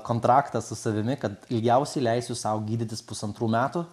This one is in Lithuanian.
kontraktą su savimi kad ilgiausiai leisiu sau gydytis pusantrų metų